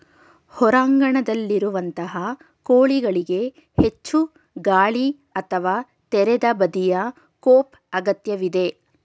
ಹೊರಾಂಗಣದಲ್ಲಿರುವಂತಹ ಕೋಳಿಗಳಿಗೆ ಹೆಚ್ಚು ಗಾಳಿ ಅಥವಾ ತೆರೆದ ಬದಿಯ ಕೋಪ್ ಅಗತ್ಯವಿದೆ